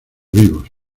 vivos